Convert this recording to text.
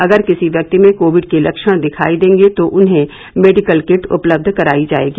अगर किसी व्यक्ति में कोविड के लक्षण दिखाई देंगे तो उन्हें मेडिकल किट उपलब्ध करायी जायेगी